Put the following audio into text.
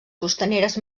costaneres